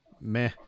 Meh